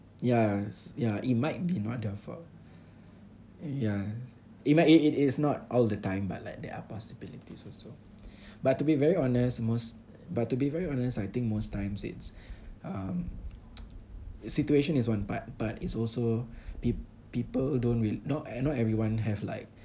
yeah yeah it might be not their fault ya it might it it is not all the time but like there are possibilities also but to be very honest most but to be very honest I think most times it's um situation is one part but it's also peo~ people don't rea~ not not everyone have like